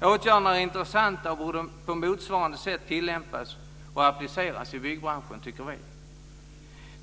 Åtgärderna är intressanta och borde på motsvarande sätt tillämpas och appliceras i byggbranschen.